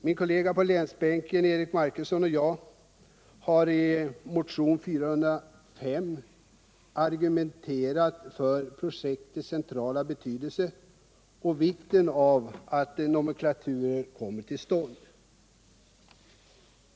Min kollega på länsbänken Eric Marcusson har i motionen 405 argumenterat för projektets centrala betydelse och vikten av att nomenklaturen kommer till stånd.